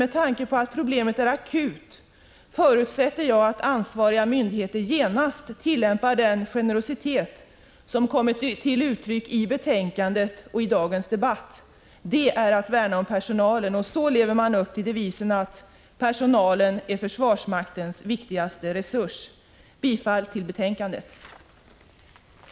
Men med tanke på att problemet är akut förutsätter jag att ansvariga myndigheter genast handlar med samma generositet som den som kommit till uttryck i betänkandet och i dagens debatt. Det är att värna om personalen, och på det sättet lever man upp till mottot att personalen är försvarsmaktens viktigaste resurs. Jag yrkar bifall till utskottets hemställan.